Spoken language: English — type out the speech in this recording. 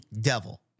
devil